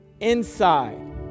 inside